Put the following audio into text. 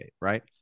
right